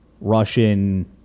Russian